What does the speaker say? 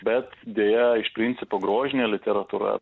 bet deja iš principo grožinė literatūra